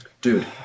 dude